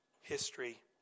history